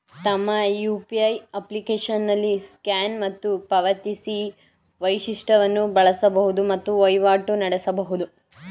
ತಮ್ಮ ಯು.ಪಿ.ಐ ಅಪ್ಲಿಕೇಶನ್ನಲ್ಲಿ ಸ್ಕ್ಯಾನ್ ಮತ್ತು ಪಾವತಿಸಿ ವೈಶಿಷ್ಟವನ್ನು ಬಳಸಬಹುದು ಮತ್ತು ವಹಿವಾಟು ನಡೆಸಬಹುದು